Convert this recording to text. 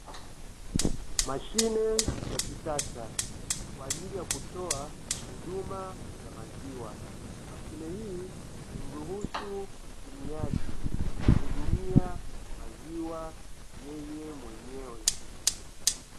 Mashine ya kisasa kwa ajili ya kutoa huduma ya maziwa, mashine hii huruhusu mtumiaji kujihudumia maziwa yeye mwenyewe.